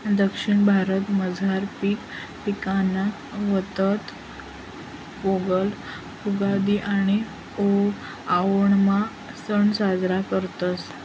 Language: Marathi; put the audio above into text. दक्षिण भारतामझार पिक कापणीना वखत पोंगल, उगादि आणि आओणमना सण साजरा करतस